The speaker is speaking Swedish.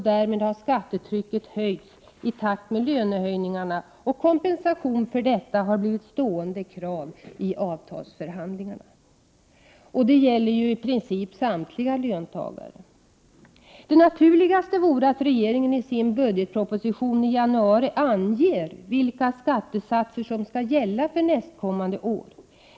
Därmed har skattetrycket höjts i takt med löneökningarna, och kompensation för detta har blivit stående krav i avtalsförhandlingarna. Detta omfattar i princip samtliga löntagare. Det naturligaste vore att regeringen i sin budgetproposition i januari anger vilka skattesatser som skall gälla för nästkommande år.